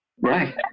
Right